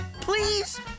Please